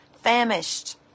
famished